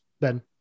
Ben